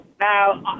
Now